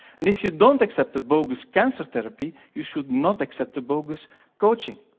and if you don't accept a bogus cancer therapy, you should not accept bogus coaching.